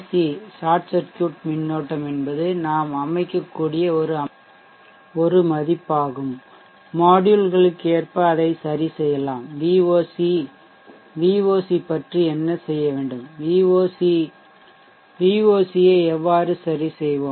C short circuit மின்னோட்டம் என்பது நாம் அமைக்கக்கூடிய ஒரு மதிப்பாகும் மாட்யூல் களுக்கு ஏற்ப அதை சரிசெய்யலாம் VOC VOC பற்றி என்ன செய்ய வேண்டும் VOC ஐ எவ்வாறு சரிசெய்வோம்